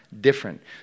different